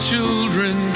children